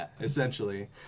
Essentially